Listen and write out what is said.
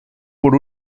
por